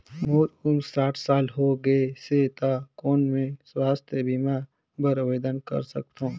मोर उम्र साठ साल हो गे से त कौन मैं स्वास्थ बीमा बर आवेदन कर सकथव?